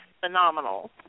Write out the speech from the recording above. phenomenal